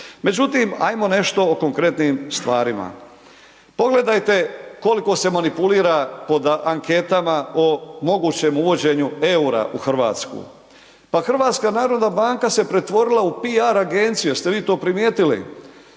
Međutim, ajmo nešto o konkretnim stvarima, pogledajte koliko se manipulira po anketama o mogućem uvođenju EUR-a u Hrvatsku. Pa HNB se pretvorila u PR agenciju, jeste vi to primijetili,